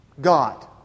God